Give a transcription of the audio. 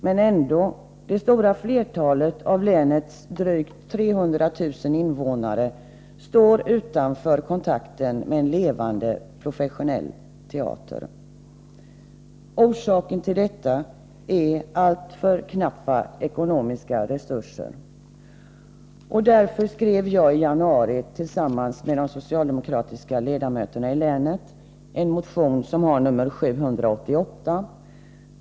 Men ändå, det stora flertalet av länets drygt 300 000 invånare står utanför kontakten med en levande professionell teater. Orsaken till detta är alltför knappa ekonomiska resurser. Därför skrev jag i januari, tillsammans med de socialdemokratiska ledamöterna i länet, en motion som har nr 788.